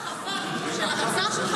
בגלל ההרחבה של ההצעה,